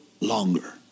longer